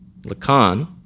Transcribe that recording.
lacan